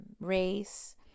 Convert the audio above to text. race